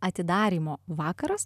atidarymo vakaras